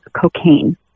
cocaine